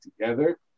together